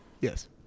Yes